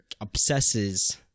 obsesses